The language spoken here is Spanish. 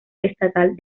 estatal